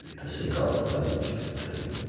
to say, god, why didn't you intervene?